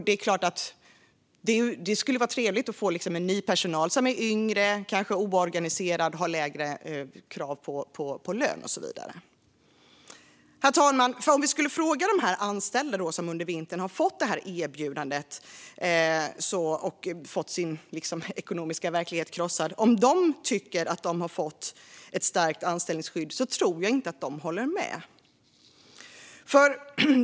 Det kan ju vara trevligt med ny personal som är yngre, oorganiserad och har lägre krav på lön och så vidare. Herr talman! Om vi skulle fråga de anställda som under vintern har fått "erbjudandet" och fått sin ekonomiska verklighet krossad om de tycker att de har fått ett "stärkt anställningsskydd" tror jag inte att de skulle hålla med.